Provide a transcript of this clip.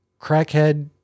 crackhead